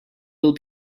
will